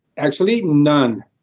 actually, none.